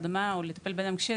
הרדמה וכו',